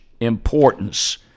importance